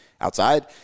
outside